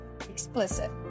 explicit